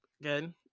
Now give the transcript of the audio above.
Again